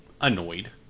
annoyed